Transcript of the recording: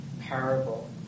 parable